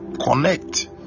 connect